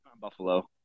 Buffalo